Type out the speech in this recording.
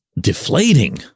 deflating